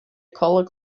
color